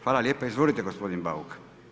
Hvala lijepa, izvolite gospodin Bauk.